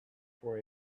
for